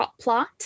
plot